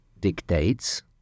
dictates